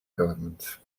government